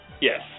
Yes